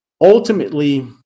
ultimately